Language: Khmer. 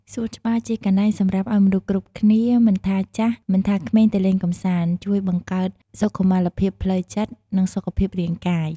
សួនច្បារជាកន្លែងសម្រាប់ឲ្យមនុស្សគ្រប់រូប មិនថាចាស់ មិនថាក្មេងទៅលេងកំសាន្ត ជួយបង្កើតសុខុមាលភាពផ្លូវចិត្ត និងសុខភាពរាងកាយ។